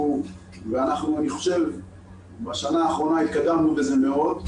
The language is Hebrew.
ואני חושב שבשנה האחרונה התקדמנו בזה מאוד,